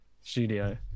studio